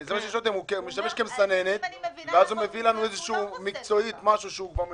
אם אני מבינה נכון, הוא אומר שהוא לא פוסל.